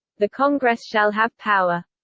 the congress shall have power.